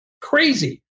crazy